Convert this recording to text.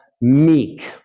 meek